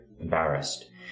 embarrassed